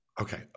Okay